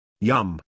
Yum